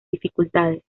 dificultades